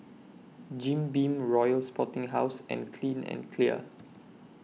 Jim Beam Royal Sporting House and Clean and Clear